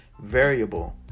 variable